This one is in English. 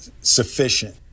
sufficient